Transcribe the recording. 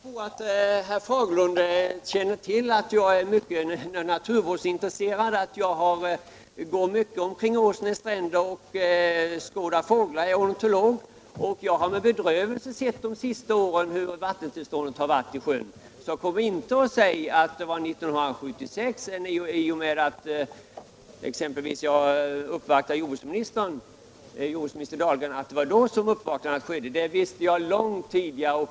Herr talman! Herr Fagerlund känner till att jag är mycket naturvårdsintresserad. Jag är ornitolog och går ofta längs Åsnens stränder och skådar fåglar. De senaste åren har jag med bedrövelse noterat sjöns vattennivå. Kom inte och säg att uppvaknandet skedde 1976 i och med att jag uppvaktade jordbruksminister Dahlgren. Det visste jag långt tidigare.